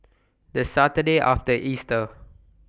The Saturday after Easter